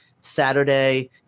Saturday